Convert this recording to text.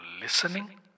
listening